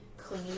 Clean